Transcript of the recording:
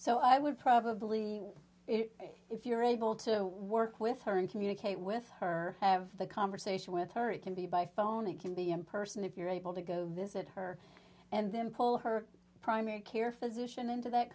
so i would probably if you're able to work with her and communicate with her have the conversation with her it can be by phone it can be in person if you're able to go visit her and then pull her primary care physician